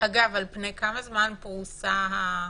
על פני כמה זמן פרוסה הסדנה?